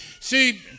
See